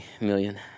million